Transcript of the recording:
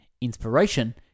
Inspiration